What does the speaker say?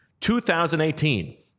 2018